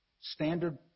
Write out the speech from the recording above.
standard